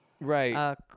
right